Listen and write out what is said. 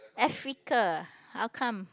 Africa how come